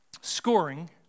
scoring